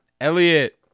elliot